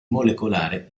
molecolare